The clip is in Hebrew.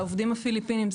העובדים הזרים מהפיליפינים,